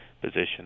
position